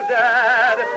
dad